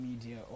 media